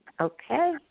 Okay